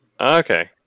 Okay